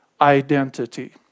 identity